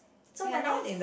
so when I s~